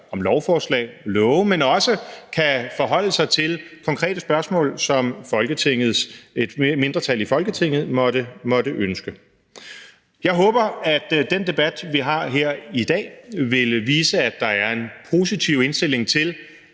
om lovforslag og love, men også kan forholde sig til konkrete spørgsmål, som et mindretal i Folketinget måtte ønske svar på. Jeg håber, at den debat, vi har her i dag, vil vise, at der en positiv indstilling til